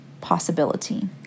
possibility